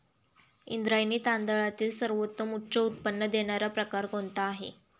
इंद्रायणी तांदळातील सर्वोत्तम उच्च उत्पन्न देणारा प्रकार कोणता आहे?